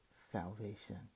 salvation